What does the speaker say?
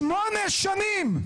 שמונה שנים.